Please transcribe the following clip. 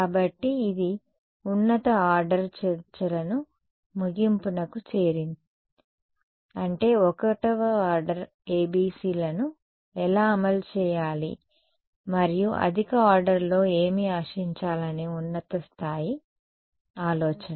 కాబట్టి ఇది ఉన్నత ఆర్డర్ చర్చలను ముగింపునకు చేరింది అంటే 1వ ఆర్డర్ ABC లను ఎలా అమలు చేయాలి మరియు అధిక ఆర్డర్లో ఏమి ఆశించాలనే ఉన్నత స్థాయి ఆలోచన